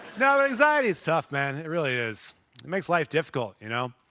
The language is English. no, anxiety is tough, man. it really is. it makes life difficult, you know.